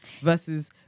versus